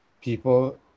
people